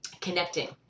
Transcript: connecting